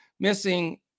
missing